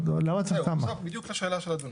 זהו, בדיוק לשאלה של אדוני.